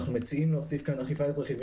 אנחנו מציעים להוסיף כאן אכיפה אזרחית,